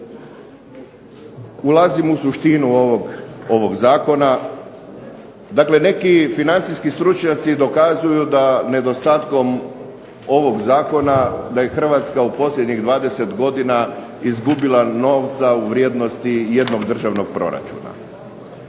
Ulazim u suštinu ovog zakona. Dakle, neki financijski stručnjaci dokazuju da nedostatkom ovog zakona da je Hrvatska u posljednjih 20 godina izgubila novca u vrijednosti jednog državnog proračuna.